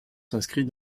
s’inscrit